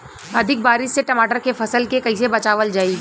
अधिक बारिश से टमाटर के फसल के कइसे बचावल जाई?